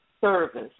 service